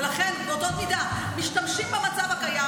ולכן, באותה מידה, משתמשים במצב הקיים.